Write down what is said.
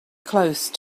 close